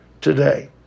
today